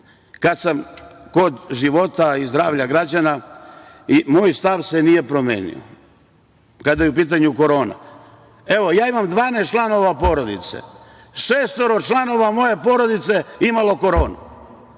sam kod života i zdravlja građana, moj stav se nije promenio kada je u pitanju korona. Ja imam dvanaest članova porodice, a šestoro članova moje porodice je imalo koronu.